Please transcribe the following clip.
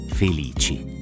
felici